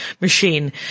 machine